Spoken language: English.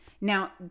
Now